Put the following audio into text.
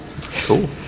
Cool